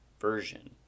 version